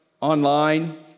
online